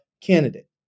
candidate